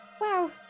wow